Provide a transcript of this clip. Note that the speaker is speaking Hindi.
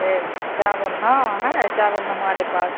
है चावल हाँ है चावल हमारे पास